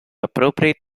appropriate